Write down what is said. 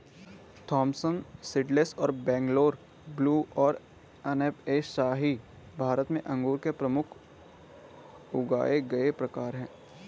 Thompson seedless और Bangalore blue और अनब ए शाही भारत में अंगूर के प्रमुख उगाए गए प्रकार हैं